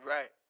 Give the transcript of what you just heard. Right